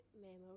memory